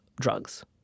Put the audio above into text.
drugs